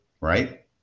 right